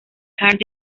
cardiff